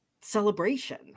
celebration